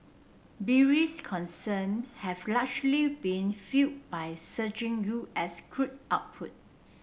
bearish concern have largely been fuelled by surging U S crude output